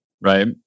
right